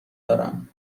دارم